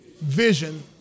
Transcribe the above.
vision